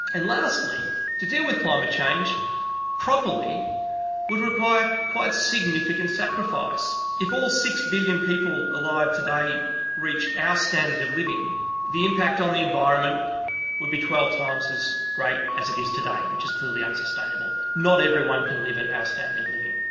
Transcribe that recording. and lastly to deal with climate change properly would require quite significant sacrifice. if all six billion people alive today reached our standard of living the impact on the environment would be twelve times as great as it is today, which is clearly unsustainable. not everyone can live at our ah standard of living.